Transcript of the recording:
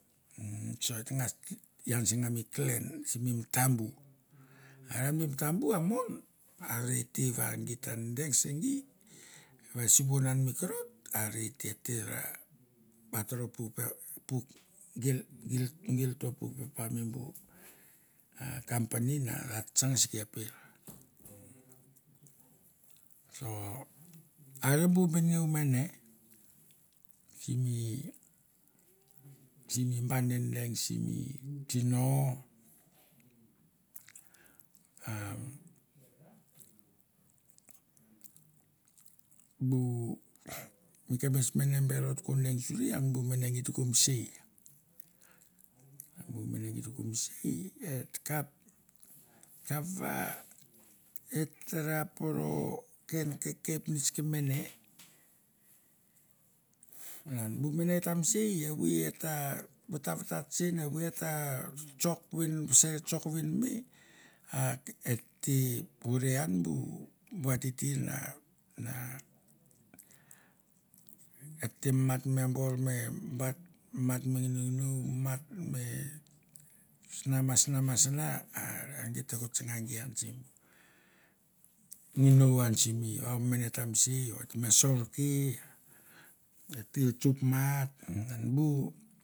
Umm so et ta ngas tle ian sen an mi clan simi matambu. Are an mi matambu a mon, arete va geit ta deng se gi va sivun an mi korot arete et te ra vatoro bu pe buk gel gel gelto puk pepa me bu a company na ra tsa tsang sike per. so are bu benengeu mene simi simi ba dedeng simi tino umm bu kapnets mene ber ot ko deng suri an bu mene geit ko mesei, a bu mene geit ko mesei, malan bu mene ta mesei evoi et ta vata vatat sen, evoi e ta tsok ven vasa e tsok ven me a et te pure an bu ba titir na et te mat me bor, mat me nginonginou, mat me sna ma sna ma sna are git te ko tsanga gi an simbu nginou an simi va mene ta mesei o te me sorke a et te tsop mat o bu.